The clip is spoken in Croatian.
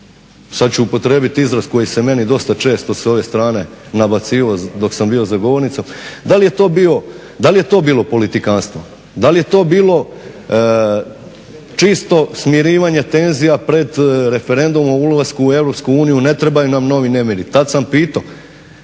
sada ću upotrijebiti izraz koji se meni dosta često s ove strane nabacivao dok sam bio za govornicom, da li je to bilo politikanstvo, da li je to bilo čisto smirivanje tenzija pred referendum o ulasku u EU, ne trebaju nam novi nemiri, tada sam pitao